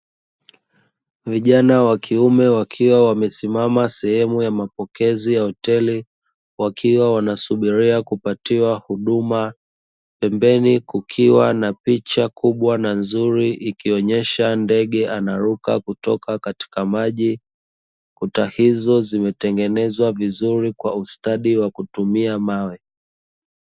Vijana wa kiume wakiwa wamesimama sehemu ya mapokezi ya hoteli, wakiwa wanasubiria kupatiwa huduma. Pembeni kukiwa na picha kubwa na nzuri ikionyesha ndege anaruka kutoka katika maji. Kuta hizo zimetengenezwa vizuri kwa ustadi wa kutumia mawe.